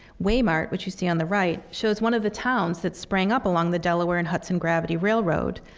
waymart, which you see on the right, shows one of the towns that sprang up along the delaware and hudson gravity railroad.